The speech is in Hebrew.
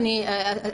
כן.